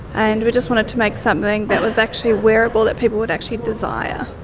and we just wanted to make something that was actually wearable, that people would actually desire.